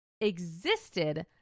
existed